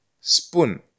spoon